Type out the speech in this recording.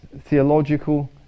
theological